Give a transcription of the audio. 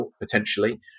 potentially